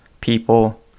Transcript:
people